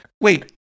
Wait